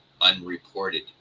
unreported